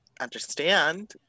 understand